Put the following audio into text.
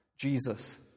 Jesus